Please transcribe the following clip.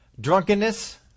Drunkenness